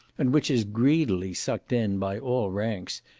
and which is greedily sucked in by all ranks,